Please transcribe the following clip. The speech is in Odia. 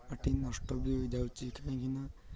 ମାଟି ନଷ୍ଟ ବି ହୋଇଯାଉଛି କାହିଁକିନା